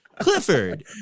Clifford